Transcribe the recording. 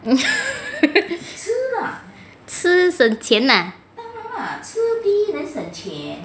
嗯吃省钱啊